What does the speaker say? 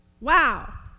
Wow